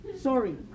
Sorry